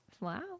Wow